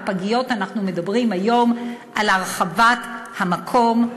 בפגיות אנחנו מדברים היום על הרחבת המקום,